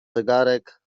zegarek